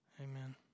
Amen